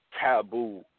taboo